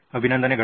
ಅಭಿನಂದನೆಗಳು